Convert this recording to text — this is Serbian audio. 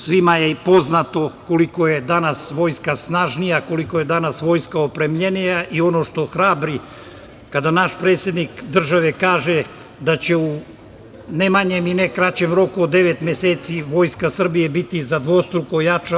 Svima je poznato koliko je danas vojska snažnija, koliko je danas vojska opremljenija i ono što hrabri je kada naš predsednik države kaže da će u ne manjem i ne kraćem roku od devet meseci Vojska Srbije biti za dvostruko jača.